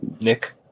nick